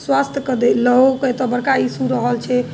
स्वास्थ्यके लऽ कऽ एतहु बड़का इशू रहल छै